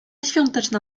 świąteczna